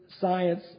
science